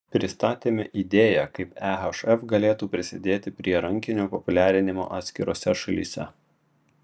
pristatėme idėją kaip ehf galėtų prisidėti prie rankinio populiarinimo atskirose šalyse